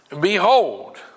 behold